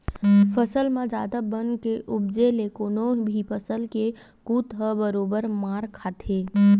फसल म जादा बन के उपजे ले कोनो भी फसल के कुत ह बरोबर मार खाथे